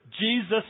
Jesus